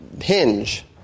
hinge